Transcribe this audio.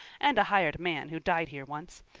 and a hired man who died here once!